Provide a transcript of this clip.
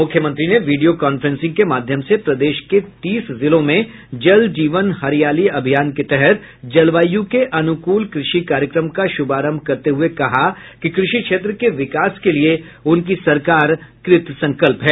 मुख्यमंत्री ने video conferencing के माध्यम से प्रदेश के तीस जिलों में जल जीवन हरियाली अभियान के तहत जलवायु के अनुकूल कृषि कार्यक्रम का शुभारंभ करते हुये कहा कि कृषि क्षेत्र के विकास के लिए उनकी सरकार कृत संकल्प है